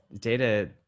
Data